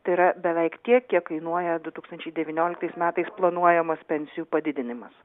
tai yra beveik tiek kiek kainuoja du tūkstančiai devynioliktais metais planuojamas pensijų padidinimas